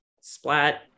splat